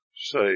say